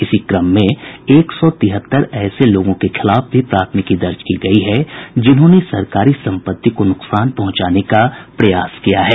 इसी क्रम में एक सौ तिहत्तर ऐसे लोगों के खिलाफ भी प्राथमिकी दर्ज की गई है जिन्होंने सरकारी सम्पत्ति को नुकसान पहुंचाने का प्रयास किया है